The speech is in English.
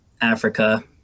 Africa